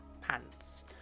pants